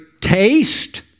taste